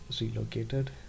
relocated